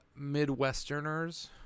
midwesterners